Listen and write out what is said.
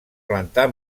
plantar